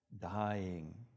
dying